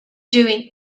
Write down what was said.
doing